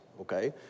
okay